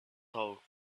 thought